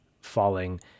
falling